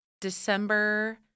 December